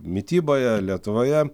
mityboje lietuvoje